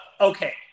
Okay